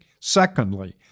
Secondly